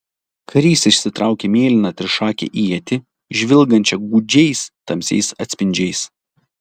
karys išsitraukė mėlyną trišakę ietį žvilgančią gūdžiais tamsiais atspindžiais